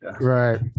right